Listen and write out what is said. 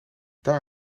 daar